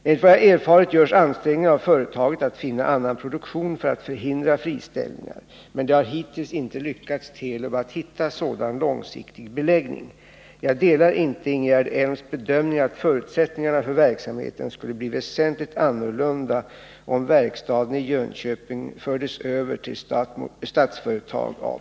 Enligt vad jag erfarit görs ansträngningar av företaget att finna annan produktion för att förhindra friställningar, men det har hittills inte lyckats Telub att hitta sådan långsiktig beläggning. Jag delar inte Ingegerd Elms bedömning att förutsättningarna för verksamheten skulle bli väsentligt annorlunda om verkstaden i Jönköping fördes över till Statsföretag AB.